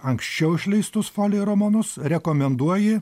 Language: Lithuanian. anksčiau išleistus foli romanus rekomenduoji